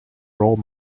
role